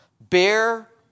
Bear